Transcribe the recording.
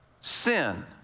sin